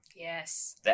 Yes